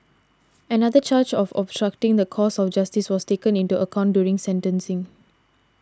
another charge of obstructing the course of justice was taken into account during sentencing